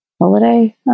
holiday